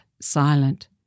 silent